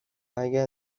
اگر